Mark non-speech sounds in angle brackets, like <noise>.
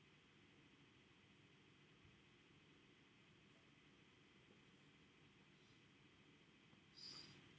<breath>